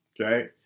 okay